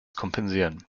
kompensieren